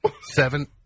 Seven